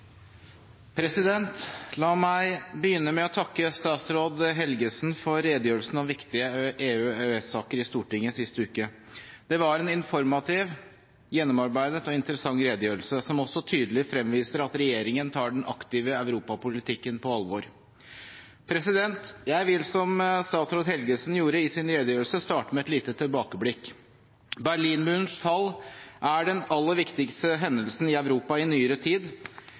vest. La meg begynne med å takke statsråd Helgesen for redegjørelsen om viktige EU- og EØS-saker i Stortinget sist uke. Det var en informativ, gjennomarbeidet og interessant redegjørelse, som også tydelig fremviser at regjeringen tar den aktive europapolitikken på alvor. Jeg vil, som statsråden Helgesen gjorde i sin redegjørelse, starte med et lite tilbakeblikk. Berlinmurens fall er den aller viktigste hendelsen i Europa i nyere tid,